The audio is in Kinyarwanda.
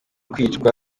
kwicwa